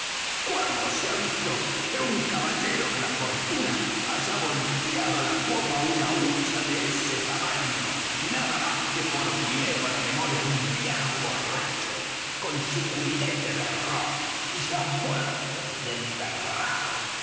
cuándo se ha visto que un caballero de la fortuna haya volteado la popa á una hucha de ese tamaño nada más que por miedo á la memoria de un viejo borracho con su cubilete de rom y ya muerto y enterrado